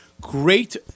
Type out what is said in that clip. great